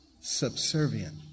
subservient